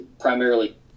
primarily